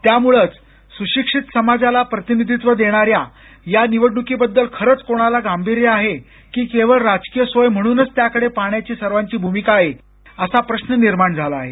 त्यामुळंच स्शिक्षित समाजाला प्रतिनिधित्व देणाऱ्या या निवडण्कीबद्दल खरंच कोणाला गांभीर्य आहे की केवळ राजकीय सोय म्हणूनच त्याकडे पाहण्याची सर्वांची भूमिका आहे असा प्रश्न निर्माण होतो आहे